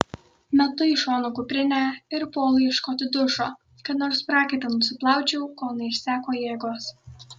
metu į šoną kuprinę ir puolu ieškoti dušo kad nors prakaitą nusiplaučiau kol neišseko jėgos